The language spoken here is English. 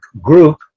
group